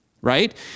right